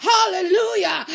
Hallelujah